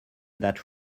that